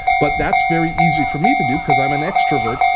but that's very easy for me to do because i'm an extrovert.